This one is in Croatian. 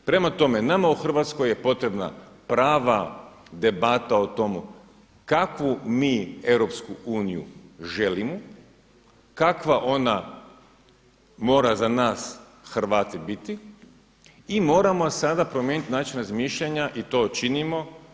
Prema tome, nama u Hrvatskoj je potrebna prava debata o tome kakvu mi EU želimo, kakva ona mora za nas Hrvate biti i moramo sada promijeniti način razmišljanja i to činimo.